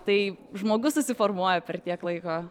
tai žmogus susiformuoja per tiek laiko